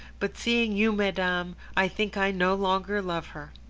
but seeing you, madame, i think i no longer love her